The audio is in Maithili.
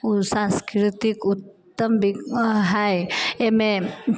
सांस्कृतिक उत्तम है अयमे